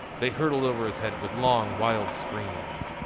they hurtled over his head with long wild screams.